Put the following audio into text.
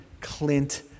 clint